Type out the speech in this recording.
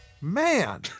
Man